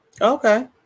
Okay